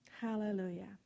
Hallelujah